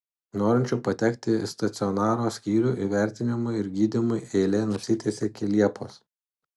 norinčių patekti į stacionaro skyrių įvertinimui ir gydymui eilė nusitęsė iki liepos